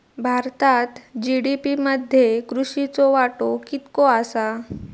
भारतात जी.डी.पी मध्ये कृषीचो वाटो कितको आसा?